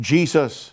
Jesus